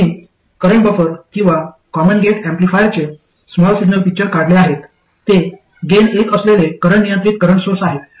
आम्ही current buffer किंवा common gate ऍम्प्लिफायरचे स्मॉल सिग्नल पिक्चर काढले आहेत ते गेन एक असलेले करंट नियंत्रित करंट सोर्स आहे